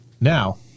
now